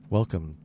Welcome